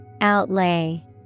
Outlay